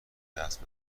دست